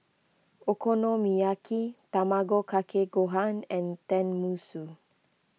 Okonomiyaki Tamago Kake Gohan and Tenmusu